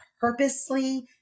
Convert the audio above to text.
purposely